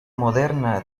moderna